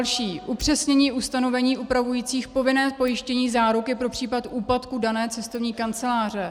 Další, upřesnění ustanovení upravujících povinné pojištění záruky pro případ úpadku dané cestovní kanceláře.